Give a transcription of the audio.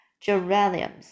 geraniums